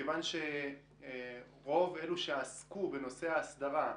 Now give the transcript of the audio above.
מכיוון שרוב אלו שעסקו בנושא ההסדרה,